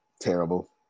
terrible